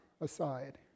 aside